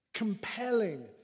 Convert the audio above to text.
compelling